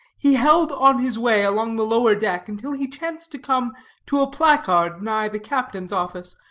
he held on his way along the lower deck until he chanced to come to a placard nigh the captain's office,